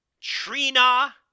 Trina